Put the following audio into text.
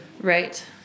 right